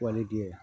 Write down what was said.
পোৱালী দিয়ে